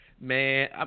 Man